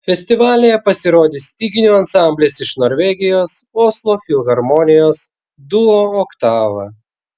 festivalyje pasirodys styginių ansamblis iš norvegijos oslo filharmonijos duo oktava